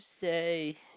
say